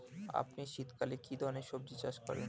আপনি শীতকালে কী ধরনের সবজী চাষ করেন?